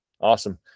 Awesome